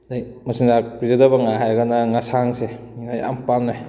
ꯑꯗꯨꯗꯩ ꯃꯆꯤꯟꯖꯥꯛ ꯄꯤꯖꯗꯕ ꯉꯥ ꯍꯥꯏꯔꯒꯅ ꯉꯁꯥꯡꯁꯦ ꯃꯤꯅ ꯌꯥꯝ ꯄꯥꯝꯅꯩ